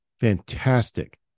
fantastic